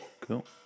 Cool